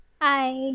Hi